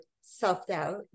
self-doubt